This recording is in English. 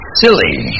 ...silly